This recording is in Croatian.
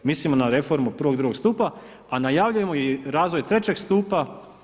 Mislim na reformu prvog i drugog stupa a najavljujemo i razvoj trećeg stupa.